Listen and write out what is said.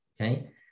Okay